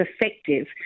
effective